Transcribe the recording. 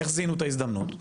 איך זיהינו את ההזדמנות?